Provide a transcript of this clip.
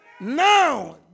Now